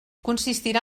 consistirà